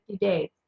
days